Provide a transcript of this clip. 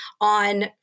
on